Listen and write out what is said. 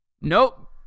nope